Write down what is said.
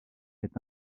est